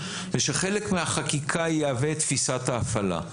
זה שחלק מהחקיקה יהווה את תפיסת ההפעלה.